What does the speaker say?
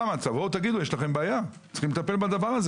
תגידו שיש לכם בעיה - צריך לטפל בזה.